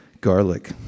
garlic